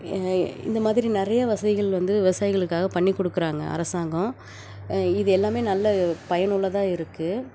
இந்த மாதிரி நிறையா வசதிகள் வந்து விவசாயிகளுக்காக பண்ணி கொடுக்கறாங்க அரசாங்கம் இது எல்லாமே நல்ல பயனுள்ளதாக இருக்குது